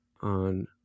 on